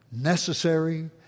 necessary